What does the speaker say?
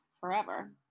forever